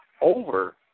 over